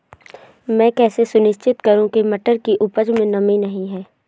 मैं कैसे सुनिश्चित करूँ की मटर की उपज में नमी नहीं है?